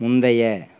முந்தைய